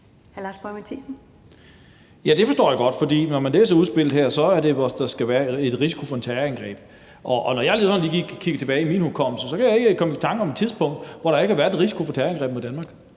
Det forstår jeg godt, for når man læser udspillet her, er betingelsen, at der skal være risiko for et terrorangreb, og når jeg gransker min hukommelse, kan jeg ikke rigtig komme i tanker om et tidspunkt, hvor der ikke har været risiko for terrorangreb mod Danmark.